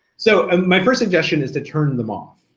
so um my first suggestion is to turn them off.